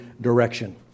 direction